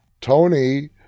Tony